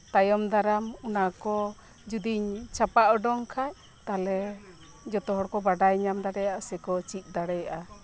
ᱛᱟᱭᱚᱢ ᱫᱟᱨᱟᱢ ᱚᱱᱟᱠᱚ ᱡᱩᱫᱤᱧ ᱪᱷᱟᱯᱟ ᱳᱰᱳᱝ ᱠᱷᱟᱱ ᱛᱟᱞᱦᱮ ᱡᱷᱚᱛᱚ ᱦᱚᱲ ᱠᱚ ᱵᱟᱰᱟᱭ ᱧᱟᱢ ᱫᱟᱲᱮᱭᱟᱜᱼᱟ ᱥᱮ ᱠᱚ ᱪᱮᱫ ᱫᱟᱲᱮᱭᱟᱜᱼᱟ